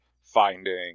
finding